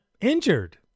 injured